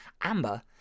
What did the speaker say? Amber